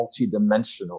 multidimensional